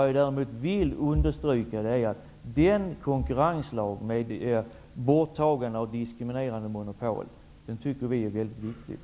Jag vill bara understryka att borttagandet av diskriminerande monopol är väldigt viktigt.